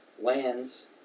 lands